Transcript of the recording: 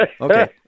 Okay